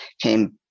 came